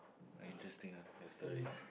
uh interesting ah your story